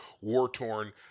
war-torn